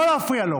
לא להפריע לו.